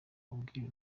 ubwiru